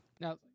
Now